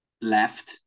left